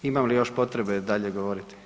Imam li još potrebe dalje govoriti.